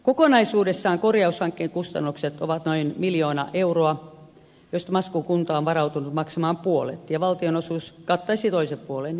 kokonaisuudessaan korjaushankkeen kustannukset ovat noin miljoona euroa josta maskun kunta on varautunut maksamaan puolet ja valtionosuus kattaisi toisen puolen